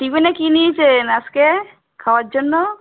টিফিনে কি নিয়েছেন আজকে খাওয়ার জন্য